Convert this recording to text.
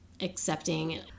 accepting